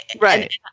Right